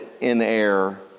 in-air